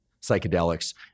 psychedelics